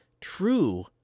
True